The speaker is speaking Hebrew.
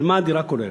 מה הדירה כוללת.